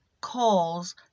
calls